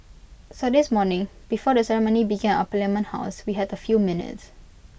so this morning before the ceremony began at parliament house we had A few minutes